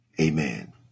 amen